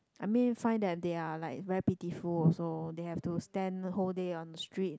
I mean find that they're like very pitiful also they have to stand whole day on the street